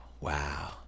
wow